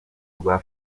rwa